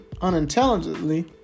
unintelligently